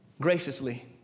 graciously